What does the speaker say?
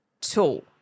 tool